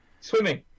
swimming